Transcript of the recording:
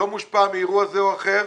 שלא מושפעים מאירוע זה או אחר,